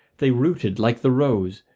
they rooted like the rose,